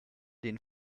den